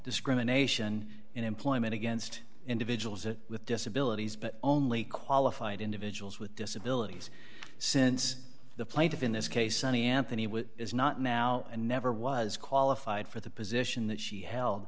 discrimination in employment against individuals with disabilities but only qualified individuals with disabilities since the plaintiff in this case sunny anthony is not now and never was qualified for the position that she held